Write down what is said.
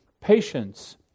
patience